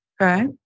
Okay